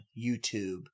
youtube